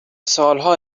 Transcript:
سالها